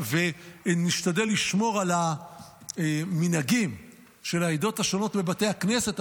נשתדל לשמור על המנהגים של העדות השונות בבתי הכנסת,